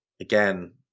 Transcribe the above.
again